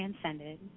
transcended